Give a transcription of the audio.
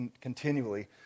continually